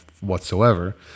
whatsoever